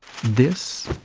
this.